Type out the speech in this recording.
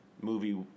movie